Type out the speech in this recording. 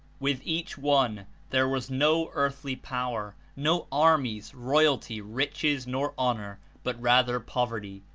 with each one there was no earthly power, no armies, royalty, riches nor honor, but rather poverty,